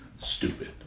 Stupid